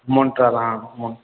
Montral हँ मोन